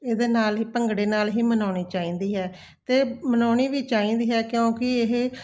ਇਹਦੇ ਨਾਲ ਹੀ ਭੰਗੜੇ ਨਾਲ ਹੀ ਮਨਾਉਣੀ ਚਾਹੀਦੀ ਹੈ ਅਤੇ ਮਨਾਉਣੀ ਵੀ ਚਾਹੀਦੀ ਹੈ ਕਿਉਂਕਿ ਇਹ